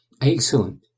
Excellent